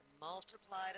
multiplied